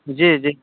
جی جی